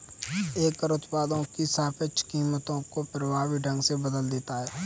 एक कर उत्पादों की सापेक्ष कीमतों को प्रभावी ढंग से बदल देता है